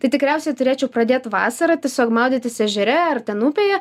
tai tikriausiai turėčiau pradėt vasarą tiesiog maudytis ežere ar ten upėje